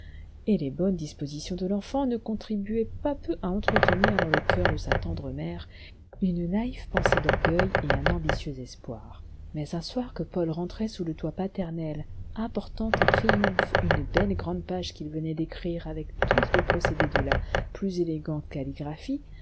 et les bonnes dispositions de l'enfant ne contribuaient pas peu à entretenir dans le cœur de sa tendre mère une naïve pensée d'orgueil et un ambitieux espoir mais un soir que paul rentrait sous le toit paternel apportant en triomphe une belle grande page qu'il venait d'écrire avec tous les procédés de la plus élégante calligrapliie